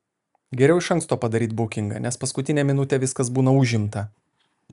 geriau iš anksto padaryt bukingą nes paskutinę minutę viskas būna užimta